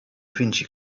vinci